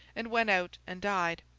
and went out and died.